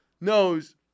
knows